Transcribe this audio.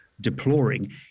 deploring